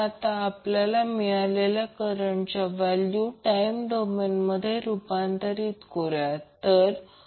आता आपण रेसोनन्समध्ये काँस्टनट एनर्जी साठवणाऱ्या सीरिज RLC सर्किटचा विचार करूया